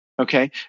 Okay